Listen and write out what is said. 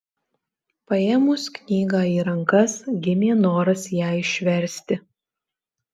paėmus knygą į rankas gimė noras ją išversti